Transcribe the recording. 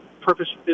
purpose